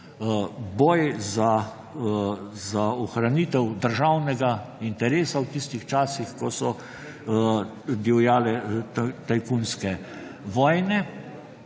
boj za ohranitev državnega interesa v tistih časih, ko so divjale tajkunske vojne.